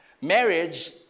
Marriage